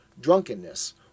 drunkenness